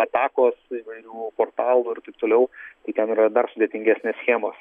atakos įvairių portalų ir taip toliau tai ten yra dar sudėtingesnės schemos